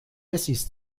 wessis